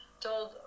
told